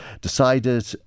decided